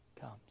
comes